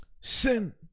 sin